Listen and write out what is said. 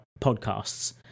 podcasts